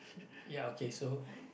ya okay so